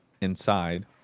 inside